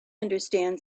understand